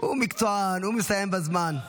--- הוא מקצוען, הוא מסיים בזמן.